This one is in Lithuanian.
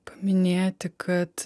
paminėti kad